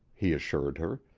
he assured her.